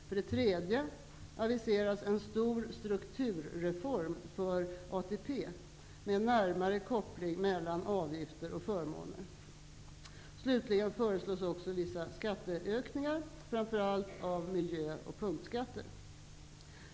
För det tredje aviseras en stor strukturreform för Slutligen föreslås vissa skattehöjningar, framför allt av miljö och punktskatter.